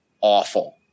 awful